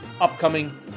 upcoming